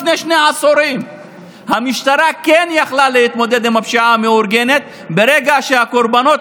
צריך לערב את השב"כ בפתרון,